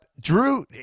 Drew